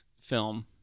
film